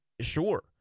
sure